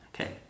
Okay